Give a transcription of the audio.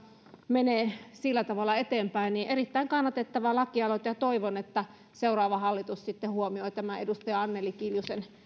menee sillä tavalla eteenpäin joten erittäin kannatettava lakialoite toivon että seuraava hallitus sitten huomioi tämän edustaja anneli kiljusen